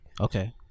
Okay